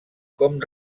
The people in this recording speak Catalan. com